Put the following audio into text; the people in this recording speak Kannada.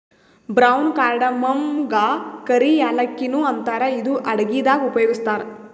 ಬ್ರೌನ್ ಕಾರ್ಡಮಮಗಾ ಕರಿ ಯಾಲಕ್ಕಿ ನು ಅಂತಾರ್ ಇದು ಅಡಗಿದಾಗ್ ಉಪಯೋಗಸ್ತಾರ್